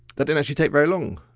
that didn't actually take very long.